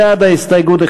בעד ההסתייגות,